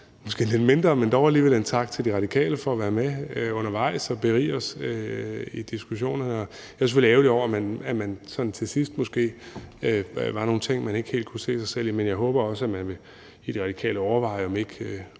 måske lidt mindre, men dog alligevel en tak til De Radikale for at være med undervejs og berige os i diskussionerne. Jeg er selvfølgelig ærgerlig over, at der til sidst måske var nogle ting, man ikke helt kunne se sig selv i, men jeg håber også, at man i Radikale Venstre vil overveje, om ikke